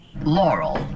Laurel